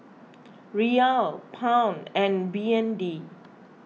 Riyal Pound and B N D